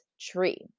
tree